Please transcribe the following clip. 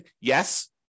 Yes